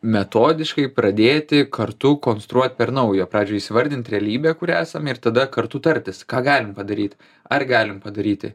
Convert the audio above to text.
metodiškai pradėti kartu konstruot per naujo pavyzdžiui įsivardinti realybė kurią esam ir tada kartu tartis ką galim padaryt ar galim padaryti